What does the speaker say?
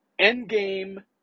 Endgame